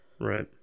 Right